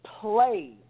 play